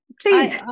please